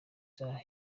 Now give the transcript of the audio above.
shah